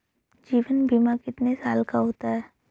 जीवन बीमा कितने साल का होता है?